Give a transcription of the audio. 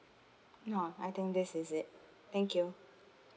no I think this is it thank you